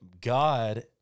God—